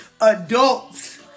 adults